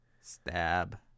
Stab